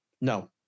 No